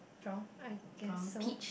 from I guess so